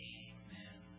amen